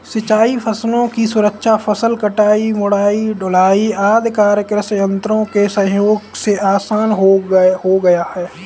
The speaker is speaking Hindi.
सिंचाई फसलों की सुरक्षा, फसल कटाई, मढ़ाई, ढुलाई आदि कार्य कृषि यन्त्रों के सहयोग से आसान हो गया है